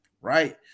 right